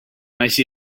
nice